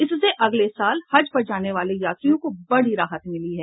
इससे अगले साल हज पर जाने वाले यात्रियों को बड़ी राहत मिली है